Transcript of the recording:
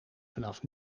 vanaf